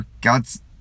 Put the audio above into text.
God's